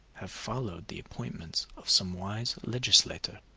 have followed the appointments of some wise legislator.